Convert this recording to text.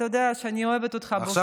אתה יודע שאני אוהבת אותך באופן אישי.